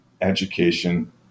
education